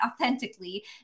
authentically